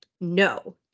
No